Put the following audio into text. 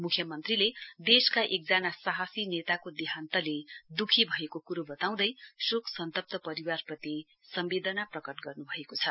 मुख्यमन्त्रीले देशका एकजना साहसी नेताको देहान्तले दुःखी भएको कुरो बताउँदै शोक सन्तप्त परिवारप्रति सम्वेदना प्रकट गर्नु भएको छ